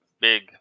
big